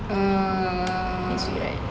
uh